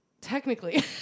technically